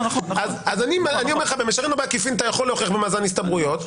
אני אומר - במישרין או בעקיפין אתה יכול להוכיח במאזן הסתברויות,